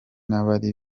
bari